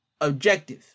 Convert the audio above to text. objective